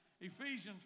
Ephesians